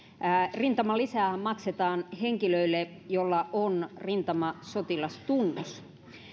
rintamalisäähän maksetaan henkilölle jolla on rintamasotilastunnus